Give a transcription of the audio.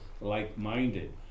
like-minded